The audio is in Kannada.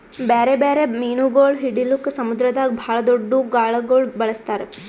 ಬ್ಯಾರೆ ಬ್ಯಾರೆ ಮೀನುಗೊಳ್ ಹಿಡಿಲುಕ್ ಸಮುದ್ರದಾಗ್ ಭಾಳ್ ದೊಡ್ದು ಗಾಳಗೊಳ್ ಬಳಸ್ತಾರ್